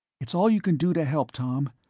it's all you can do to help, tom.